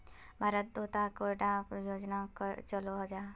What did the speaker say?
भारत तोत कैडा योजना चलो जाहा?